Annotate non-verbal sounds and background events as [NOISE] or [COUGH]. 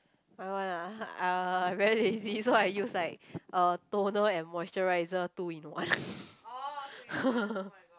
my one ah I very lazy so I use like uh toner and moisturizer two in one [BREATH]